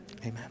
amen